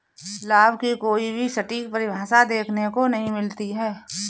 लाभ की कोई भी सटीक परिभाषा देखने को नहीं मिलती है